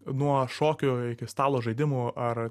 nuo šokio iki stalo žaidimų ar